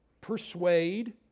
persuade